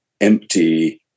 empty